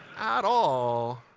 at all.